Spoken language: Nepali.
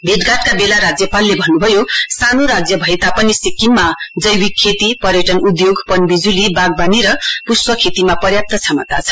भेटघाटका बेला राज्यपालले भन्नुभयो सानो राज्य भए तापनि सिक्किममा जैविक खेती पर्यटन उद्योग पनविजुली बागवारी र पुष्प खेतीमा पर्याप्त क्षमता छ